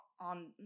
on